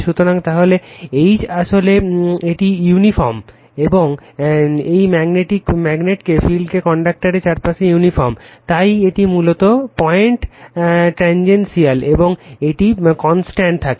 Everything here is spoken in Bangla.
সুতরাং তাহলে H আসলে এটি ইউনিফর্ম এই ম্যাগনেটিক ফিল্ডটি কন্ডাক্টরের চারপাশে ইউনিফর্ম তাই এটি মূলত এই পয়েন্টে ট্যানজেনশিয়াল এবং এটি কনস্ট্যান্ট থাকে